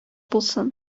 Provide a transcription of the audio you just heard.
булсын